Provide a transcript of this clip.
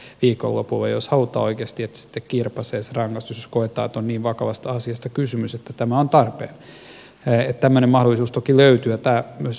jos halutaan oikeasti että se rangaistus sitten kirpaisee jos koetaan että on niin vakavasta asiasta kysymys että tämä on tarpeen niin tämmöinen mahdollisuus toki löytyy